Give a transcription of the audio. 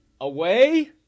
Away